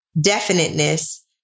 definiteness